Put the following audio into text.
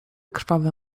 krwawe